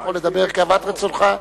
אתה יכול לדבר כאוות רצונך.